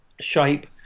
shape